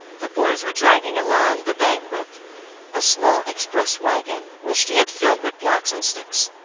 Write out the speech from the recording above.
the boys were dragging along the banquette a small express wagon, which they had filled with blocks and sticks.